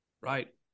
Right